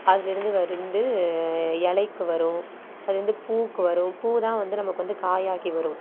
அதில் இருந்து வந்து இலைக்கு வரும் அதுவந்து பூவுக்கு வரும் பூதான் வந்து நமக்கு வந்து காயாகி வரும்